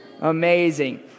Amazing